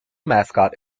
mascot